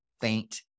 faint